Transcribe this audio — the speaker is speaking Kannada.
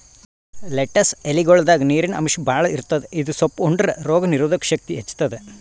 ಲೆಟ್ಟಸ್ ಎಲಿಗೊಳ್ದಾಗ್ ನೀರಿನ್ ಅಂಶ್ ಭಾಳ್ ಇರ್ತದ್ ಇದು ಸೊಪ್ಪ್ ಉಂಡ್ರ ರೋಗ್ ನೀರೊದಕ್ ಶಕ್ತಿ ಹೆಚ್ತಾದ್